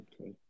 Okay